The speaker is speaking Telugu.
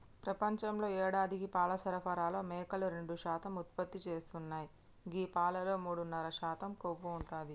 ప్రపంచంలో యేడాదికి పాల సరఫరాలో మేకలు రెండు శాతం ఉత్పత్తి చేస్తున్నాయి గీ పాలలో మూడున్నర శాతం కొవ్వు ఉంటది